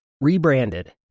rebranded